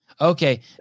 Okay